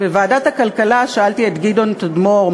בוועדת הכלכלה שאלתי את גדעון תדמור,